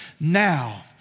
Now